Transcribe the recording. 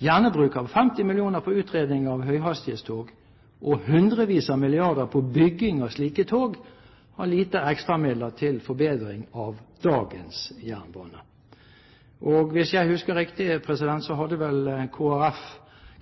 50 mill. kr på utredning av høyhastighetstog og hundrevis av milliarder på bygging av slike tog, har lite ekstramidler til forbedring av dagens jernbane. Hvis jeg husker riktig, hadde vel